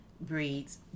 breeds